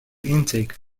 intake